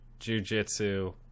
jujitsu